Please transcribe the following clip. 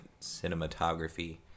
cinematography